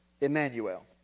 Emmanuel